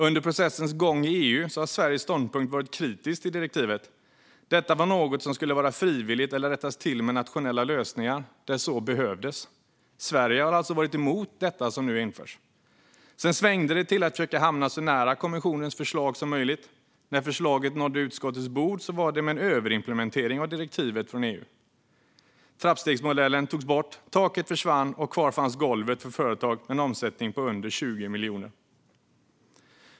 Under processens gång i EU har Sveriges ståndpunkt varit kritisk till direktivet. Detta var något som skulle vara frivilligt eller rättas till med nationella lösningar där det behövdes. Sverige har alltså varit emot det som nu införs. Sedan svängde det till att försöka hamna så nära kommissionens förslag som möjligt. När förslaget nådde utskottets bord var det med en överimplementering av direktivet från EU. Trappstegsmodellen togs bort, taket försvann och kvar fanns golvet för företag med en omsättning på under 20 miljoner.